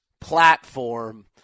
platform